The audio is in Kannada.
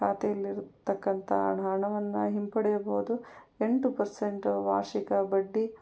ಖಾತೆಯಲ್ಲಿ ಇರತಕ್ಕಂಥ ಹಣ ಹಣವನ್ನು ಹಿಂಪಡೆಯಬಹುದು ಎಂಟು ಪರ್ಸೆಂಟ್ ವಾರ್ಷಿಕ ಬಡ್ಡಿ